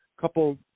couple